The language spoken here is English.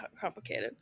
complicated